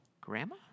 Grandma